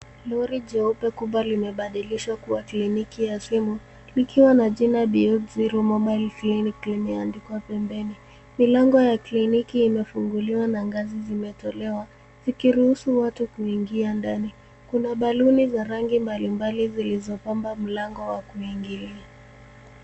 Lori jeupe kubwa limebadilishwa kuwa kliniki ya simu ikiwa na jina Beyond Zero Mobile Clinic limeandikwa pembeni. Milango ya kliniki inafunguliwa na ngazi zimetolewa, zikiruhusu watu kuingia ndani. Kuna baluni za rangi mbalimbali zilizopamba mlango wa kuingia.